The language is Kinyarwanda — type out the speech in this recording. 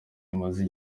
imaze